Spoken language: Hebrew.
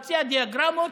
הוציאה דיאגרמות,